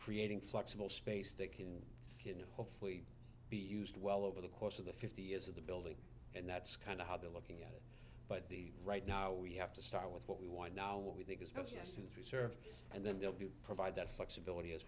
creating flexible space to can you know hopefully be used well over the course of the fifty years of the building and that's kind of how they're looking at but the right now we have to start with what we want now what we think is best two three service and then they'll do provide that flexibility as